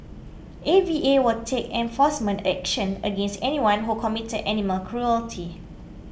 A V A will take enforcement action against anyone who committed animal cruelty